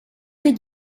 que